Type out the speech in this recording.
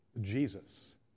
Jesus